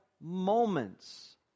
moments